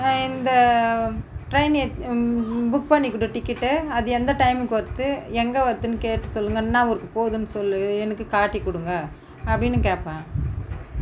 இந்த train book பண்ணிக்கொடு ticket அது எந்த டைமுக்கு வருதுன்னு எங்கே வருதுன்னு கேட்டு சொல்லுங்கள் என்ன ஊருக்கு போகுதுன்னு சொல் எனக்கு காட்டிக் கொடுங்க அப்படின்னு கேட்பேன்